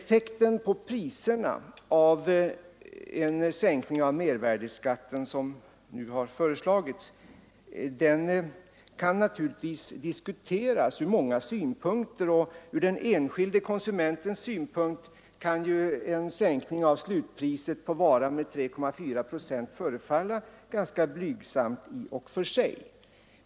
Effekten på priserna av en sänkning av mervärdeskatten, som nu har föreslagits, kan naturligtvis diskuteras ur många synpunkter. Ur den enskilde konsumentens synpunkt kan en sänkning av slutpriset på varan med 3,4 procent förefalla ganska blygsam i och för sig.